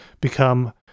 become